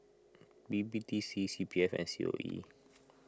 B B D C C P F and C O E